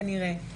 כנראה,